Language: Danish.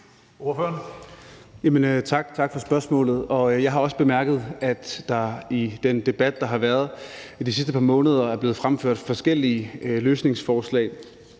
Tak for spørgsmålet. Jeg har også bemærket, at der i den debat, der har været de sidste par måneder, er blevet fremført forskellige løsningsforslag,